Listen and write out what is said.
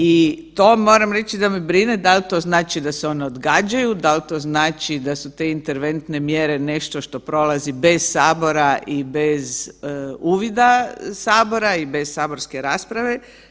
I to moram reći da me brine, dal to znači da se one odgađaju, dal to znači da su te interventne mjere nešto što prolazi bez Sabora i bez uvida Sabora i bez saborske rasprave?